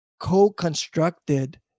co-constructed